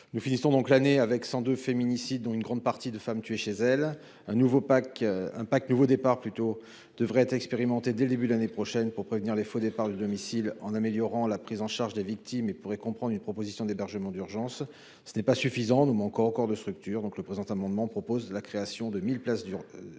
nous finissons donc l'année avec 102 féminicides dont une grande partie de femme tuée chez elle un nouveau Pack un Pack, nouveau départ plutôt devrait être expérimenté dès le début de l'année prochaine pour prévenir les faux départ, le domicile en améliorant la prise en charge des victimes et pourrait comprendre une proposition d'hébergement d'urgence, ce n'est pas suffisant nous manque encore de structure donc le présent amendement propose la création de 1000 places dur